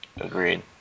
Agreed